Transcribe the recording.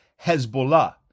Hezbollah